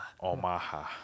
Omaha